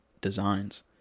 designs